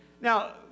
Now